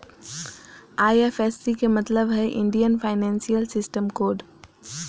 IFSC के मतलब हइ इंडियन फाइनेंशियल सिस्टम कोड